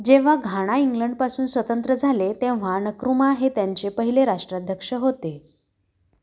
जेव्हा घाणा इंग्लंडपासून स्वतंत्र झाले तेव्हा णकृमा हे त्यांचे पहिले राष्ट्राध्यक्ष होते